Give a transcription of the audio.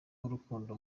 w’urukundo